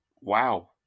Wow